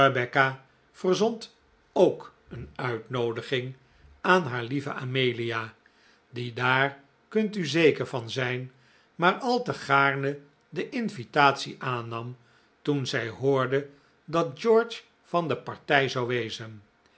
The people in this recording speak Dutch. rebecca verzond ook een uitnoodiging aan haar lieve amelia die daar kunt u zeker van zijn maar al te gaarne de invitatie aannam toen zij hoorde dat george van de partij zou wezen